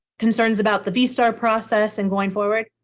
concerns about the vstar process and going forward?